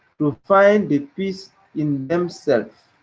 to find the peace in themself.